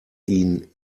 ihn